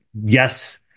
Yes